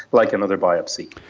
like another biopsy.